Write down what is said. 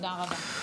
תודה רבה.